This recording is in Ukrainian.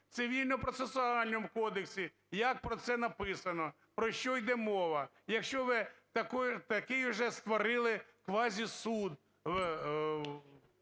Цивільно-процесуальний кодекс як про це написано, про що йде мова. Якщо ви такий вже створили квазісуд